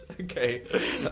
Okay